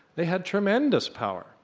they had tremendous power.